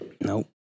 Nope